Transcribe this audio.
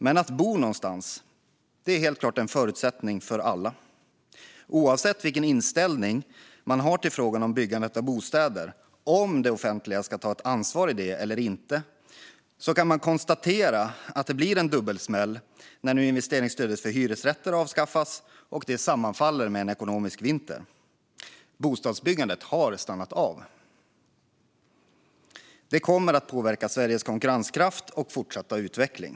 Men att bo någonstans är helt klart en förutsättning för alla. Oavsett vilken inställning man har till frågan om byggandet av bostäder - om det offentliga ska ta ett ansvar i det eller inte - kan man konstatera att det blir en dubbelsmäll när nu investeringsstödet för hyresrätter avskaffas och det sammanfaller med en ekonomisk vinter. Bostadsbyggandet har stannat av. Det kommer att påverka Sveriges konkurrenskraft och fortsatta utveckling.